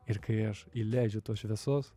ir kai aš įleidžiu tos šviesos